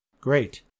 Great